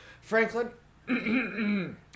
Franklin